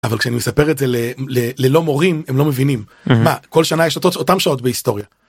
אבל כשאני מספר את זה ל.. ללא מורים הם לא מבינים מה כל שנה יש אותם שעות בהיסטוריה.